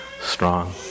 strong